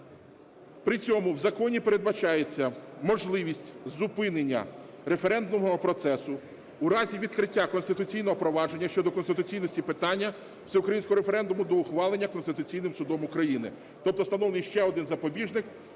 При цьому в законі передбачається можливість зупинення референдного процесу у разі відкриття конституційного провадження щодо конституційності питання всеукраїнського референдуму до ухвалення Конституційним Судом України. Тобто встановлений ще один запобіжник,